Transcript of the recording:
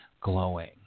glowing